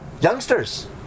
Youngsters